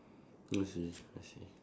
I see I see